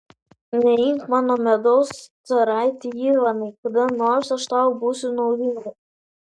neimk mano medaus caraiti ivanai kada nors aš tau būsiu naudinga